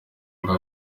ngo